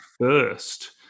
first